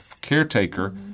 caretaker